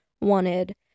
wanted